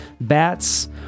bats